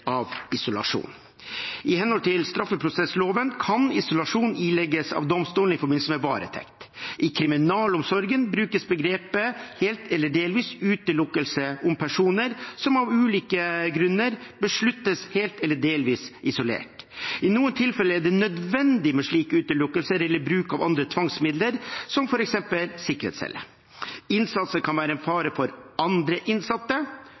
av isolasjon. I henhold til straffeprosessloven kan isolasjon ilegges av domstolen i forbindelse med varetekt. I kriminalomsorgen brukes begrepet «hel eller delvis utelukkelse» om personer som av ulike grunner besluttes helt eller delvis isolert. I noen tilfeller er det nødvendig med slik utelukkelse eller bruk av andre tvangsmidler, som f.eks. sikkerhetscelle: innsatte som kan være en fare for andre innsatte,